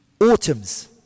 autumns